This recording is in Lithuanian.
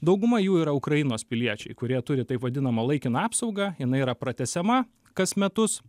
dauguma jų yra ukrainos piliečiai kurie turi taip vadinamą laikiną apsaugą jinai yra pratęsiama kas metus